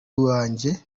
wanjye